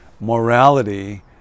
morality